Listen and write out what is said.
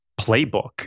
playbook